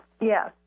Yes